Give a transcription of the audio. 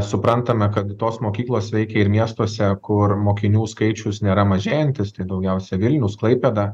suprantame kad tos mokyklos veikia ir miestuose kur mokinių skaičius nėra mažėjantis tai daugiausiai vilnius klaipėda